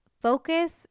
Focus